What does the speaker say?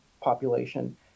population